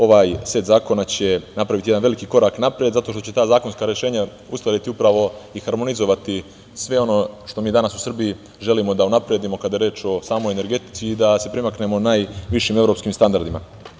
Ovaj set zakona će napraviti jedan veliki korak napred zato što će ta zakonska rešenja uskladiti, upravo i harmonizovati sve ono što mi danas u Srbiji želim da unapredimo kada je reč o samoj energetici i da se primaknemo najvišim evropskim standardima.